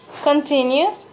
Continues